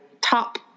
top